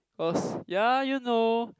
cause ya you know